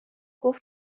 گفت